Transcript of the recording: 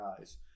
eyes